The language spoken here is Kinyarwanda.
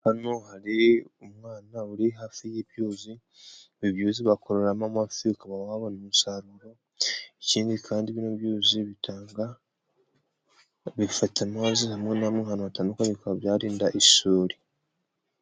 Hano hari umwana uri hafi y'ibyuzi, ibi byuzi wakororemo amafi ukaba wabona umusaruro, ikindi kandi bino byuzi bitanga, bifata amazi hamwe na hamwe ahantu hatandukanye bikaba byarinda isuri.